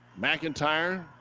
McIntyre